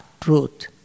truth